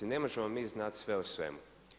Ne možemo mi znati sve o svemu.